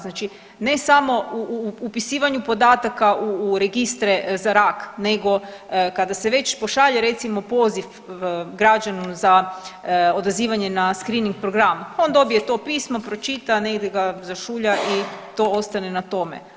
Znači ne samo u upisivanju podataka u registre za rak nego kada se već pošalje recimo poziv građaninu za odazivanje na screening program, on dobije to pismo pročita, negdje ga zašulja i to ostane na tome.